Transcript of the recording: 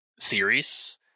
series